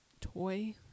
toy